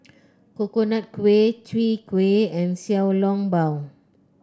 Coconut Kuih Chwee Kueh and Xiao Long Bao